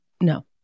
No